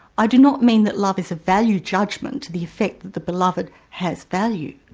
i do not mean that love is a value judgment, to the effect that the beloved has value,